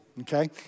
okay